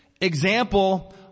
example